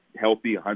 healthy